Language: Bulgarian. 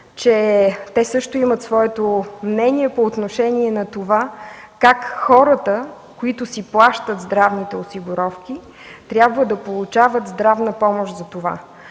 че те също имат своето мнение по отношение на това как хората, които си плащат здравните осигуровки, трябва затова да получават здравна помощ. Защото